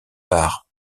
par